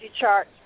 chart